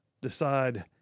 decide